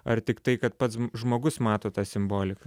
ar tiktai kad pats žmogus mato tą simboliką